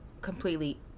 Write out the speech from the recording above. Completely